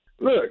Look